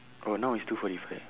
oh now is two forty five